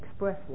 expressway